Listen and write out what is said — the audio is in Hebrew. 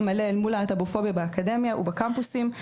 מלא אל מול הלהט"בופוביה האקדמיה ובקמפוסים.